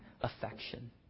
affection